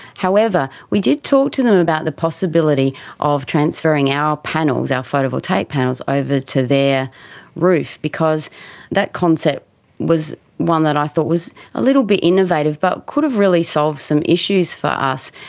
however, we did talk to them about the possibility of transferring our panels, our photovoltaic panels, over to their roof, because that concept was one that i thought was a little bit innovative but could have really solved some issues for us.